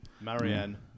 Marianne